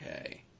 Okay